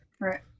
Right